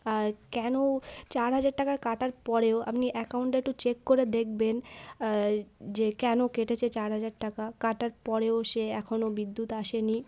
আর কেন চার হাজার টাকা কাটার পরেও আপনি অ্যাকাউন্টটা একটু চেক করে দেখবেন যে কেন কেটেছে চার হাজার টাকা কাটার পরেও সে এখনও বিদ্যুৎ আসেনি